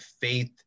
faith